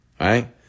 right